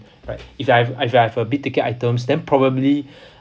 right if I've I've a big ticket items then probably